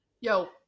Yo